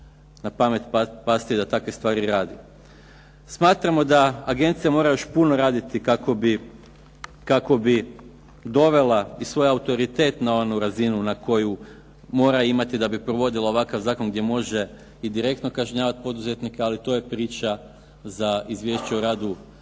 na pamet pasti da takve stvari radi. Smatramo da agencija još mora puno raditi kako bi dovela i svoj autoritet na onu razinu na koju mora imati da bi provodila ovakav zakon gdje može i direktno kažnjavati poduzetnika, ali to je priča za izvješće o radu